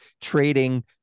trading